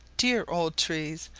dear old trees!